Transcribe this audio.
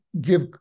give